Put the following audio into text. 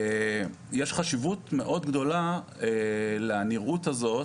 יש חשיבות מאוד גדולה לנראות הזאת,